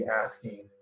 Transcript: asking